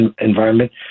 environment